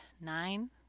nine